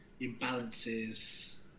imbalances